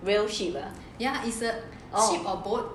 real ship ah